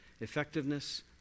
effectiveness